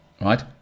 Right